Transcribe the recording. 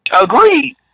Agreed